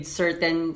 certain